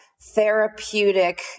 therapeutic